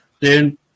dude